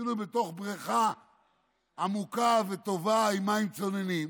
כאילו הם בתוך בריכה עמוקה וטובה עם מים צוננים.